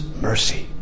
mercy